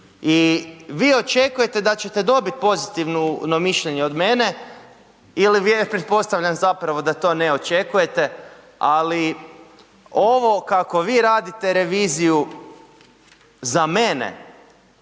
I vi očekujete da ćete dobiti pozitivno mišljenje od mene ili pretpostavljam zapravo da to ne očekujete, ali ovo kako vi radite reviziju, za mene